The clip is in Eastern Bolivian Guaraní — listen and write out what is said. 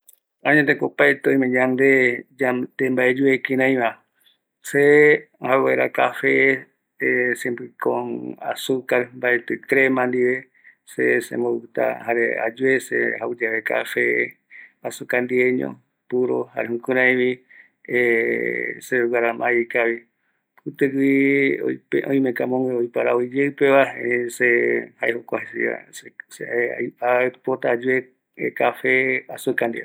Añeteteko opaete oime yande mbaeyue kiraiva see jauvaera café siempre con azucar, se Mbaetɨ crema ndive, se sembo gusta jare ayue yae jau yave café azucar ndiveño, jare jukuraïvï seveguara mas ikavi, kutïgui oimeko amogue oiparavo iyeïpeva, erei se jae jokua jaeva aipota ayue café jëva ndive.